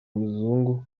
muzungu